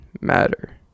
matter